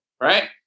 Right